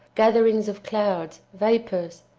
gatherings of clouds, vapours,